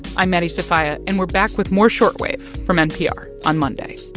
i'm maddie sofia. and we're back with more short wave from npr on monday